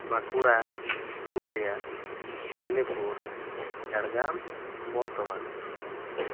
Bankura Purulia Midnapore Jhargram Bardhaman